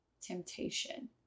temptation